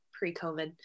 pre-COVID